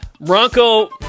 Bronco